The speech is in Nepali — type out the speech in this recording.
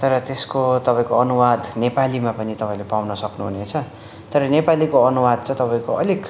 तर त्यसको तपाईँको अनुवाद नेपालीमा पनि तपाईँले पाउन सक्नु हुनेछ तर नेपालीको अनुवाद चाहिँ तपाईँको अलिक